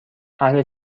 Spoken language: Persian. اهل